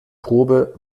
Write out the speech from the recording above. probe